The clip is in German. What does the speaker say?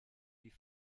die